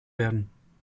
werden